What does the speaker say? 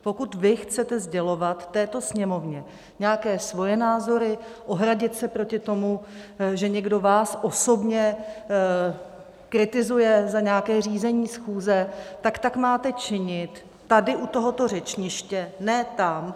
Pokud vy chcete sdělovat této Sněmovně nějaké svoje názory, ohradit se proti tomu, že někdo vás osobně kritizuje za nějaké řízení schůze, tak tak máte činit tady u tohoto řečniště, ne tam.